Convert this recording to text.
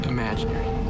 Imaginary